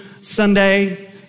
Sunday